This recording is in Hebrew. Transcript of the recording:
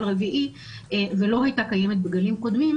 הרביעי ולא הייתה קיימת בגלים קודמים,